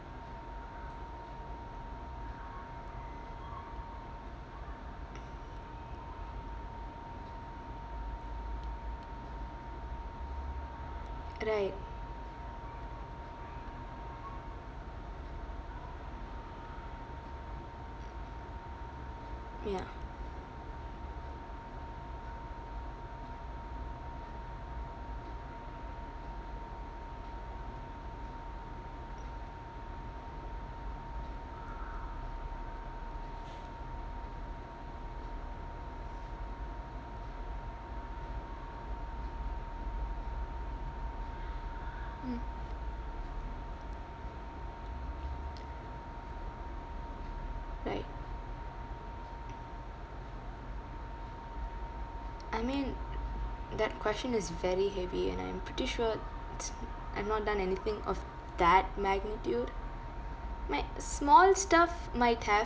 right ya mm right I mean that question is very heavy and I'm pretty sure s~ I've not done anything of that magnitude might small stuff might have